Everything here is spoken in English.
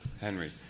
Henry